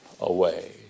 away